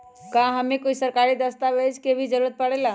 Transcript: का हमे कोई सरकारी दस्तावेज के भी जरूरत परे ला?